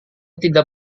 tidak